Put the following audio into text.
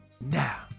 Now